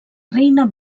reina